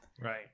Right